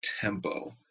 tempo